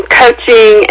coaching